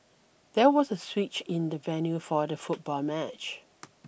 there was a switch in the venue for the football match